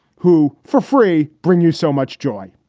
who for free bring you so much joy.